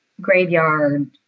graveyard